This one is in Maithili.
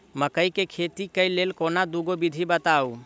मकई केँ खेती केँ लेल कोनो दुगो विधि बताऊ?